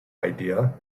idea